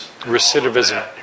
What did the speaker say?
Recidivism